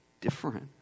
different